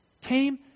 came